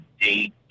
date